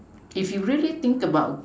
if we really think about